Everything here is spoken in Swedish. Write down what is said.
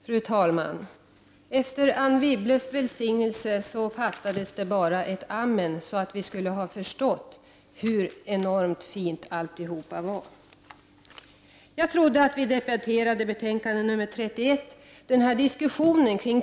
Fru talman! Efter Anne Wibbles välsignelse fattades det bara ett amen, för att vi skulle ha förstått hur enormt fint alltihop var. Jag trodde att vi debatterade skatteutskottets betänkande 31.